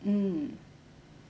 mm